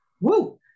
Woo